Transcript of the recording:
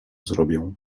zrobię